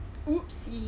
!oops!